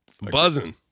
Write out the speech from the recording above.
buzzing